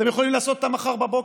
אתם יכולים לעשות אותה מחר בבוקר.